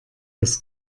das